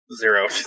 zero